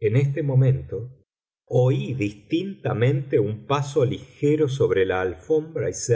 en este momento oí distintamente un paso ligero sobre la alfombra y